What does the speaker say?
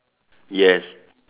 yes